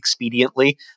expediently